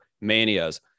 manias